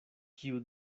kiu